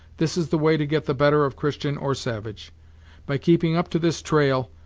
this is the way to get the better of christian or savage by keeping up to this trail,